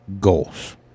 goals